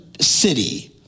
city